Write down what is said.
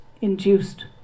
induced